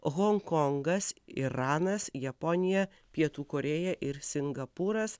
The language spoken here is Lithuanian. honkongas iranas japonija pietų korėja ir singapūras